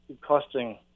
costing